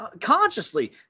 consciously